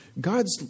God's